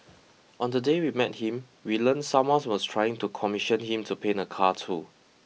on the day we met him we learnt someone was trying to commission him to paint a car too